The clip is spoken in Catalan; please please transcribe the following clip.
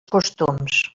costums